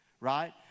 right